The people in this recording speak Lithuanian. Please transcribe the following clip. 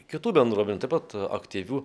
kitų bendruomenių taip pat aktyvių